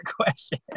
question